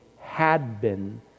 had-been